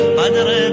padre